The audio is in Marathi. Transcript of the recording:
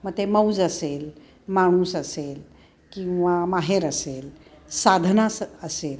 मग ते मौज असेल माणूस असेल किंवा माहेर असेल साधना स असेल